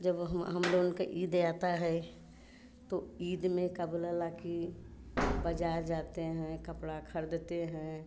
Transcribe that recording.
जब हम हम लोगन का ईद आता है तो ईद में का बोला ला कि बाज़ार जाते हैं कपड़ा खरीदते हैं